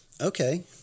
Okay